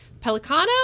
Pelicano